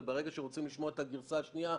וברגע שרוצים לשמוע את הגרסה השנייה,